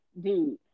dude